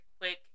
quick